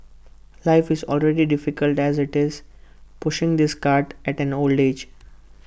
life is already difficult as IT is pushing this cart at an old age